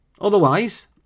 Otherwise